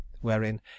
wherein